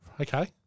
Okay